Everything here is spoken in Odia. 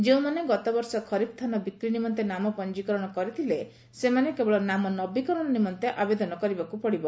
ଯେଉଁମାନେ ଗତବର୍ଷ ଖରିଫ୍ ଧାନ ବିକ୍ରି ନିମନ୍ତେ ନାମ ପଞ୍ଚିକରଣ କରିଥିଲେ ସେମାନେ କେବଳ ନାମ ନବୀକରଣ ନିମନ୍ତେ ଆବେଦନ କରିବାକୁ ପଡ଼ିବ